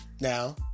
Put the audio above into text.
Now